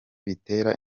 bitera